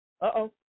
uh-oh